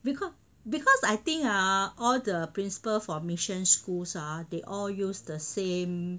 because because I think ah all the principal for mission schools ah they all use the same